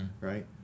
right